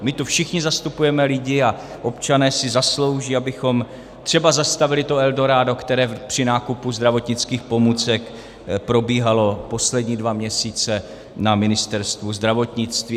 My všichni tu zastupujeme lidi a občané si zaslouží, abychom třeba zastavili to eldorádo, které při nákupu zdravotnických pomůcek probíhalo poslední dva měsíce na Ministerstvu zdravotnictví.